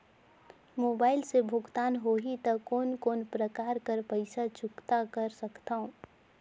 Mobile से भुगतान होहि त कोन कोन प्रकार कर पईसा चुकता कर सकथव?